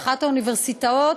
באחת האוניברסיטאות,